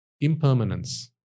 impermanence